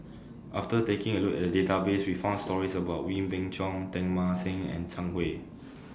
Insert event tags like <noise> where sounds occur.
after taking A Look At The Database We found stories about Wee Beng Chong Teng Mah Seng and Zhang Hui <noise>